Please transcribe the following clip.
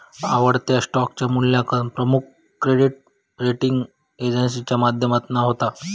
आवडत्या स्टॉकचा मुल्यांकन प्रमुख क्रेडीट रेटींग एजेंसीच्या माध्यमातना होता